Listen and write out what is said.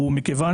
הוא מכיוון